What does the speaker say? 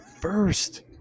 first